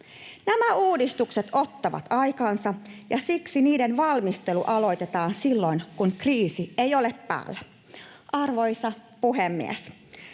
Nämä uudistukset ottavat aikansa, ja siksi niiden valmistelu aloitetaan silloin, kun kriisi ei ole päällä. Arvoisa puhemies!